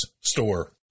Store